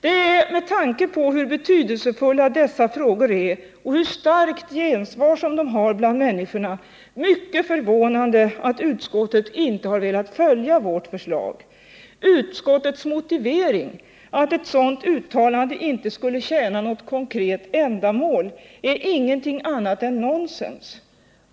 Det är med tanke på hur betydelsefulla dessa frågor är och hurstarkt gensvar de har bland människorna mycket förvånande att utskottet inte velat följa vårt förslag. Utskottets motivering — att ett sådant uttalande inte skulle tjäna något konkret ändamål —är ingenting annat än nonsens.